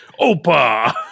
opa